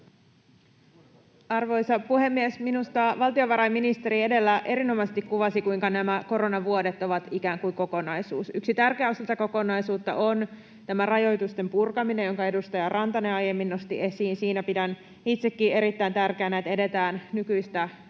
Arvoisa puhemies! Minusta valtiovarainministeri edellä erinomaisesti kuvasi, kuinka nämä koronavuodet ovat ikään kuin kokonaisuus. Yksi tärkeä osa tätä kokonaisuutta on tämä rajoitusten purkaminen, jonka edustaja Rantanen aiemmin nosti esiin. Siinä pidän itsekin erittäin tärkeänä, että edetään nykyistä reippaammin,